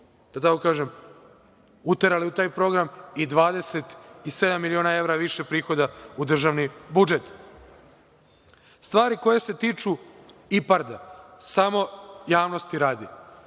više smo uterali u taj program i 27 miliona evra više prihoda u državni budžet. Stvari koje se tiču IPARD-a samo javnosti radi,